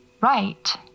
right